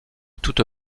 toute